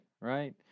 Right